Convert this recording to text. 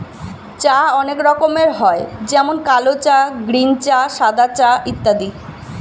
চা অনেক রকমের হয় যেমন কালো চা, গ্রীন চা, সাদা চা ইত্যাদি